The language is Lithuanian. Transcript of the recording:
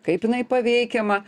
kaip jinai paveikiama